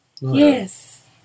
Yes